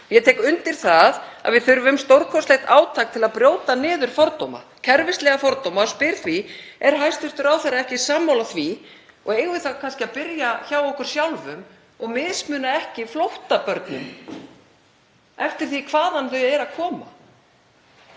Ég tek undir það að við þurfum stórkostlegt átak til að brjóta niður fordóma, kerfislæga fordóma, og spyr því: Er hæstv. ráðherra ekki sammála því? Og eigum við kannski að byrja hjá okkur sjálfum og mismuna ekki flóttabörnum eftir því hvaðan þau eru að koma?